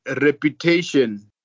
reputation